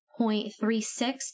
0.36